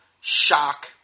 shock